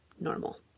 Normal